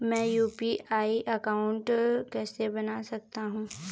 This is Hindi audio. मैं यू.पी.आई अकाउंट कैसे बना सकता हूं?